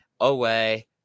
away